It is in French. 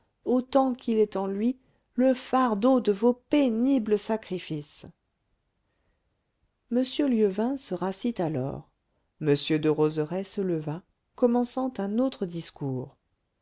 autant qu'il est en lui le fardeau de vos pénibles sacrifices m lieuvain se rassit alors m derozerays se leva commençant un autre discours